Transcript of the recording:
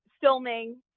filming